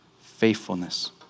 faithfulness